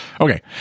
Okay